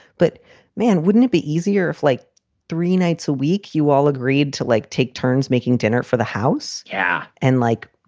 but man, wouldn't it be easier if like three nights a week you all agreed to, like, take turns making dinner for the house? yeah. and like,